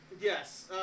yes